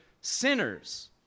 sinners